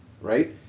Right